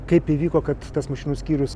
kaip įvyko kad tas mašinų skyrius